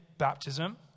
baptism